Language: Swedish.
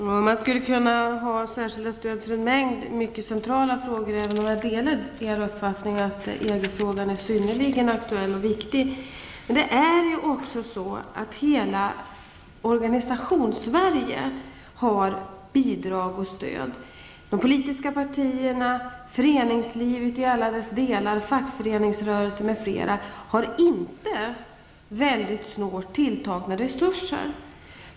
Fru talman! Man skulle kunna ha särskilda stöd för information i en mängd mycket centrala frågor. Jag delar uppfattningen att EG-frågan är synnerligen aktuell och viktig. Men hela Organisationssverige har bidrag och stöd. De politiska partierna, föreningslivet i alla dess delar, fackföreningsrörelsen osv. har inte mycket snålt tilltagna resurser.